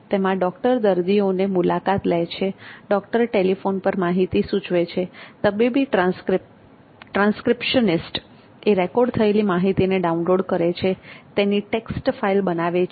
તેમાં ડોક્ટર દર્દીઓને મુલાકાત લે છે ડોક્ટર ટેલીફોન પર માહિતી સૂચવે છે તબીબી ટ્રાંસ્ક્રિપ્શનિસ્ટ એ રેકોર્ડ થયેલી માહિતીને ડાઉનલોડ કરે છે તેની ટેક્સ્ટ ફાઇલ બનાવે છે